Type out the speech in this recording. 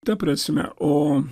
ta prasme o